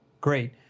great